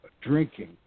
drinking